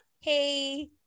hey